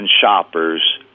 shoppers